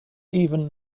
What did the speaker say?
even